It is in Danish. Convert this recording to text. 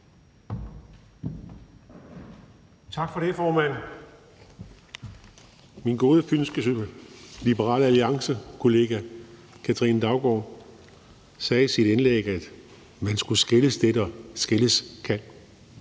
Tak for det, formand. Min gode fynske Liberal Alliance-kollega Katrine Daugaard sagde i sit indlæg, at man skulle skille det, der skilles kan.